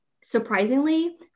surprisingly